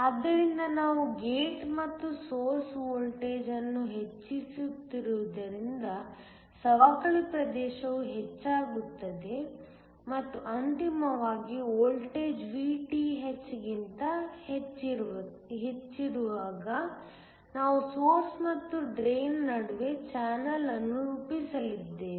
ಆದ್ದರಿಂದ ನಾವು ಗೇಟ್ ಮತ್ತು ಸೊರ್ಸ್ ವೋಲ್ಟೇಜ್ ಅನ್ನು ಹೆಚ್ಚಿಸುತ್ತಿರುವುದರಿಂದ ಸವಕಳಿ ಪ್ರದೇಶವು ಹೆಚ್ಚಾಗುತ್ತದೆ ಮತ್ತು ಅಂತಿಮವಾಗಿ ವೋಲ್ಟೇಜ್ Vth ಗಿಂತ ಹೆಚ್ಚಿರುವಾಗ ನಾವು ಸೊರ್ಸ್ ಮತ್ತು ಡ್ರೈನ್ ನಡುವೆ ಚಾನಲ್ ಅನ್ನು ರೂಪಿಸಲಿದ್ದೇವೆ